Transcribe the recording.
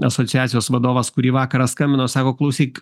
asociacijos vadovas kurį vakarą skambino sako klausyk